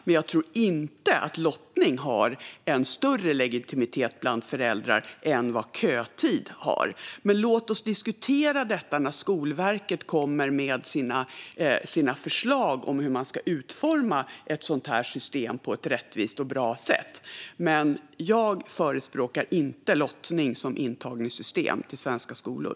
Men jag tror inte att lottning har större legitimitet bland föräldrar än vad kötid har. Låt oss diskutera detta när Skolverket kommer med sina förslag om hur man ska utforma ett sådant här system på ett rättvist och bra sätt. Men jag förespråkar inte lottning som intagningssystem till svenska skolor.